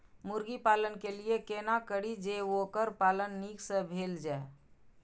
मुर्गी पालन के लिए केना करी जे वोकर पालन नीक से भेल जाय?